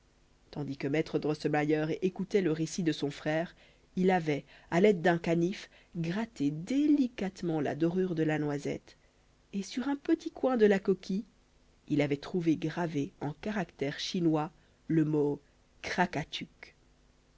tandis que maître drosselmayer écoutait le récit de son frère il avait à l'aide d'un canif gratté délicatement la dorure de la noisette et sur un petit coin de la coquille il avait trouvé gravé en caractères chinois le mot